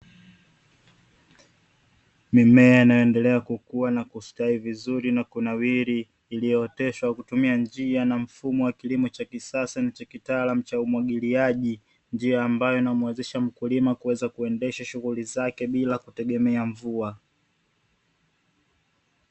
Mimea inaendelea kukua na kustawi vizuri na kunawiri iliyooteshwa kutumia njia na mfumo wa kilimo cha kisasa ni cha kitaalam cha umwagiliaji, njia ambayo inamuwezesha mkulima kuweza kuendesha shughuli zake bila kutegemea mvua.